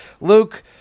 Luke